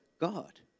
God